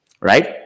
right